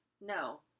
No